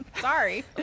Sorry